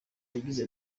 yagize